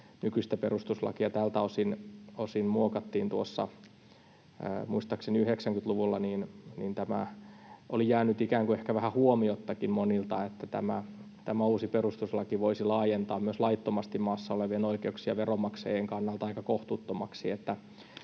nykyistä perustuslakia tältä osin muokattiin tuossa muistaakseni 90‑luvulla, niin monilta oli jäänyt ikään kuin ehkä vähän huomiottakin, että tämä uusi perustuslaki voisi laajentaa myös laittomasti maassa olevien oikeuksia veronmaksajien kannalta aika kohtuuttomiksi.